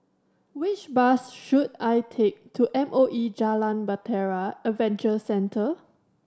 which bus should I take to M O E Jalan Bahtera Adventure Centre